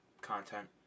content